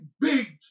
big